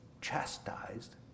chastised